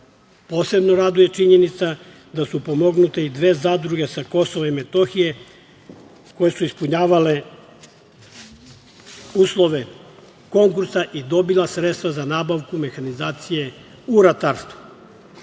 Posebno raduje činjenica da su pomognute i dve zadruge sa Kosova i Metohije koje su ispunjavale uslove konkursa i dobili sredstva za nabavku mehanizacije u ratarstvu.